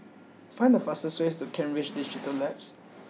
find the fastest way to Kent Ridge Digital Labs